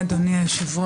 תודה, אדוני היושב-ראש.